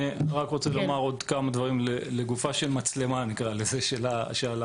אני רוצה לומר עוד כמה דברים בעניין המצלמה על המכתז.